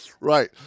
Right